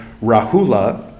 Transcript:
Rahula